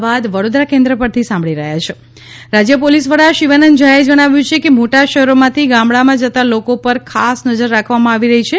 byte દીલી સંઘાણી શિવાનંદ ઝા રાજ્ય ોલીસવડા શિવાનંદ જહાએ જણાવ્યું છે કે મોટા શહેરોમાંથી ગામડામાં જતા લોકો ૈ ર ખાસ નજર રાખવામાં આવી રહી છે